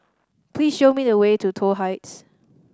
please show me the way to Toh Heights